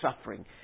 suffering